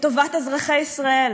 לטובת אזרחי ישראל?